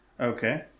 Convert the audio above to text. okay